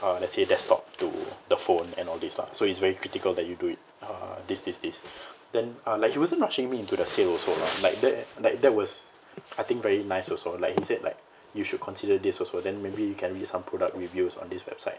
uh let's say desktop to the phone and all this lah so it's very critical that you do it uh this this this then uh like he wasn't rushing me into the sale also lah like that like that was I think very nice also like he said like you should consider this also then maybe you can read some product reviews on this website